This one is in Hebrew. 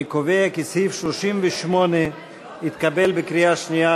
אני קובע כי סעיף 38 התקבל בקריאה שנייה,